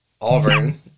Auburn